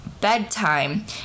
bedtime